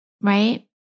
Right